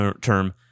term